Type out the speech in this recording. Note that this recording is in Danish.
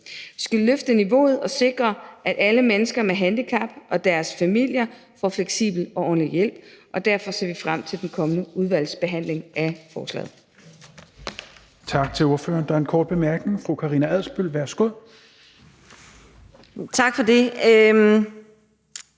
Vi skal løfte niveauet og sikre, at alle mennesker med handicap og deres familier får fleksibel og ordentlig hjælp, og derfor ser vi frem til den kommende udvalgsbehandling af forslaget.